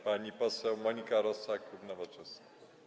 Pani poseł Monika Rosa, klub Nowoczesna.